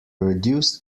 reduced